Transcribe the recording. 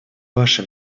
ваше